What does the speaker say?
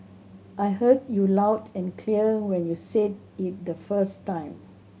I heard you loud and clear when you said it the first time